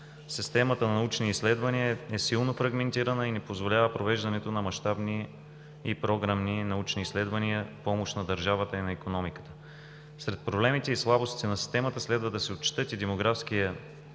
системата на научни изследвания е силно фрагментирана и не позволява провеждането на мащабни и програмни научни изследвания в помощ на държавата и на икономиката. Сред проблемите и слабостите на системата следва да се отчетат демографският